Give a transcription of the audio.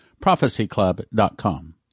prophecyclub.com